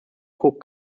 cook